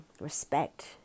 respect